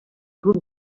club